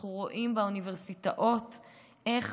אנחנו רואים באוניברסיטאות איך,